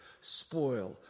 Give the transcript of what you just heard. spoil